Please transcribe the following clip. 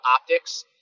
optics